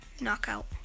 Knockout